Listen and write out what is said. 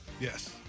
Yes